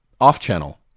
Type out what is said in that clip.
off-channel